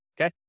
okay